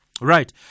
Right